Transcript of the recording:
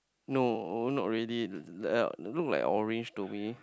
no not really uh look like orange to me